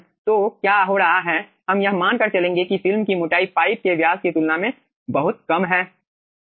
तो क्या हो रहा है हम यह मानकर चलेंगे कि फिल्म की मोटाई पाइप के व्यास की तुलना में बहुत कम है